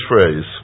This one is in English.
phrase